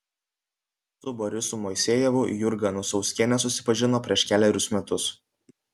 su borisu moisejevu jurga anusauskienė susipažino prieš kelerius metus